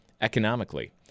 economically